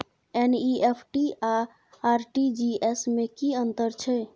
NEFT आ RTGS में की अन्तर छै?